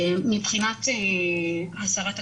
מבחינת הסרת הגבלות,